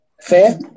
fair